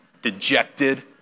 dejected